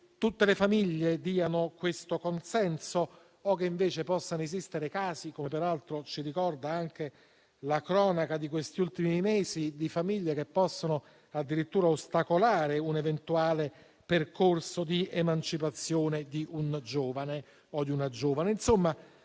tutte le famiglie diano il consenso o che invece possano esistere casi - come peraltro ci ricorda anche la cronaca degli ultimi mesi - di famiglie che possono addirittura ostacolare un'eventuale percorso di emancipazione di un giovane o di una giovane? Insomma,